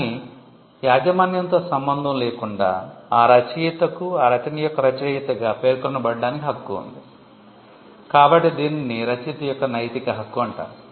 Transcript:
కానీ యాజమాన్యంతో సంబంధం లేకుండా ఆ రచయితకు ఆ రచన యొక్క రచయితగా పేర్కొనబడడానికి హక్కు ఉంది కాబట్టి దీనిని రచయిత యొక్క నైతిక హక్కు అంటారు